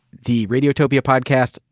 the radiotopia podcast,